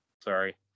Sorry